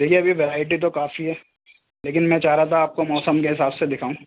دیکھیئے ابھی ورائٹی تو کافی ہے لیکن میں چاہ رہا تھا آپ کو موسم کے حساب سے دکھاؤں